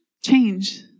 Change